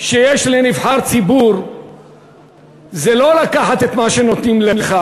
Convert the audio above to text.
שיש לנבחר ציבור זה לא לקחת את מה שנותנים לך,